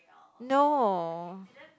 no